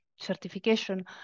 certification